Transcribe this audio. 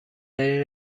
ترین